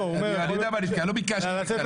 אני יודע מה אני אומר, אני לא ביקשתי להתעלל.